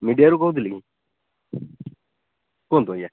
ମିଡ଼ିଆରୁ କହୁଥିଲେ କି କୁହନ୍ତୁ ଆଜ୍ଞା